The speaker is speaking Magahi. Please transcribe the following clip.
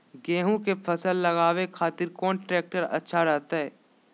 गेहूं के फसल लगावे खातिर कौन ट्रेक्टर अच्छा रहतय?